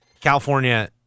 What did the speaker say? California